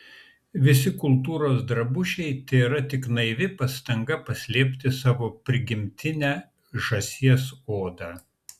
visi kultūros drabužiai tėra tik naivi pastanga paslėpti savo prigimtinę žąsies odą